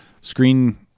screen